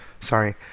sorry